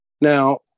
Now